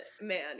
man